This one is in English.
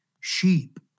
sheep